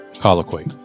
colloquy